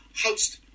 host